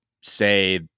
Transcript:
say